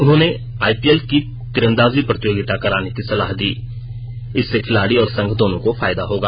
उन्होंने आईपीएल की तीरंदाजी प्रतियोगिता कराने की सलाह दी इससे खिलाड़ी और संघ दोनों को फायदा होगा